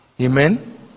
Amen